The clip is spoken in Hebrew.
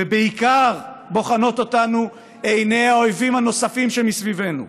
ובעיקר בוחנות אותנו עיני האויבים הנוספים שמסביבנו.